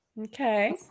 Okay